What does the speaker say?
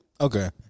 Okay